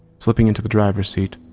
slipping into the driver's seat,